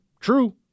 True